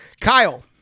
Kyle